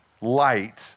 light